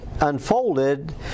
unfolded